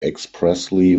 expressly